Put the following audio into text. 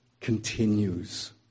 continues